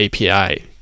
API